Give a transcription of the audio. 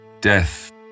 Death